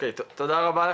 תודה רבה.